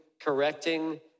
correcting